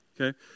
Okay